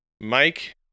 Mike